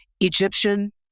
Egyptian